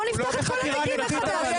בוא נפתח את כל התיקים מחדש.